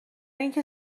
اینکه